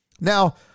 Now